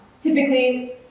Typically